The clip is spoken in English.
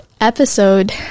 episode